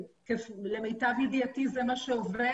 למיטב ידיעתי זה מה שעובד.